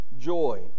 joy